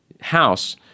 House